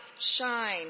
shine